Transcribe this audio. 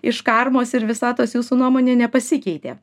iš karmos ir visatos jūsų nuomonė nepasikeitė